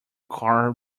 car